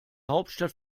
hauptstadt